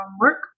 work